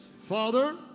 Father